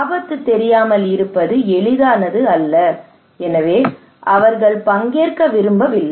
ஆபத்து தெரியாமல் இருப்பது எளிதானது அல்ல எனவே அவர்கள் பங்கேற்க விரும்பவில்லை